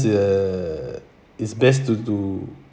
uh it's best to do